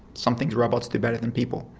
some things robots do better than people.